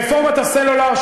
ולרפורמת הסלולר,